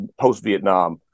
post-Vietnam